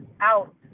out